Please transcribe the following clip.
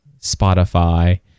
Spotify